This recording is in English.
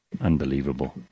unbelievable